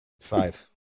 five